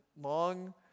long